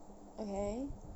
okay